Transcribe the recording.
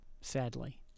sadly